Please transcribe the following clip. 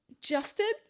Justin